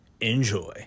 Enjoy